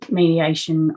mediation